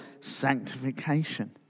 sanctification